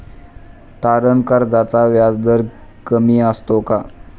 तारण कर्जाचा व्याजदर कमी असतो का?